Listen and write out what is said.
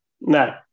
no